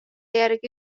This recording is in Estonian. järgi